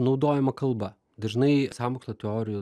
naudojama kalba dažnai sąmokslo teorijų